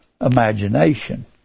imagination